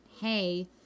hey